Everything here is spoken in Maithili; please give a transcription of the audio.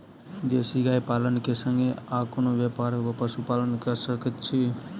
देसी गाय पालन केँ संगे आ कोनों व्यापार वा पशुपालन कऽ सकैत छी?